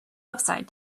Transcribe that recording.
upside